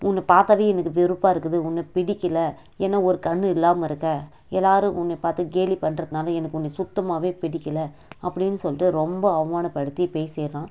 உன்னை பார்த்தாவே எனக்கு வெறுப்பாயிருக்குது உன்னை பிடிக்கல ஏன்னால் ஒரு கண் இல்லாமலிருக்க எல்லாேரும் உன்னை பார்த்து கேலி பண்ணுறதுனால எனக்கு உன்னை சுத்தமாகவே பிடிக்கல அப்படின்னு சொல்லிட்டு ரொம்ப அவமானப்படுத்தி பேசிவிடுறான்